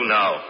now